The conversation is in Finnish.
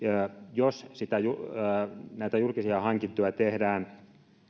jos näitä julkisia hankintoja tehdään